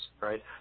right